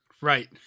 right